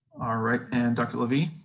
all right and dr. lavi?